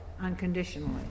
unconditionally